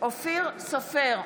אופיר סופר,